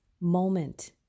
moment